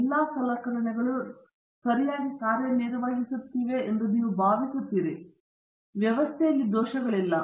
ಎಲ್ಲಾ ಸಲಕರಣೆಗಳು ನುಡಿಸುವಿಕೆಗಳು ಸರಿಯಾಗಿ ಕಾರ್ಯನಿರ್ವಹಿಸುತ್ತಿವೆ ಎಂದು ನಾವು ಭಾವಿಸುತ್ತೇವೆ ವ್ಯವಸ್ಥಿತ ದೋಷಗಳಿಲ್ಲ